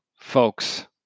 folks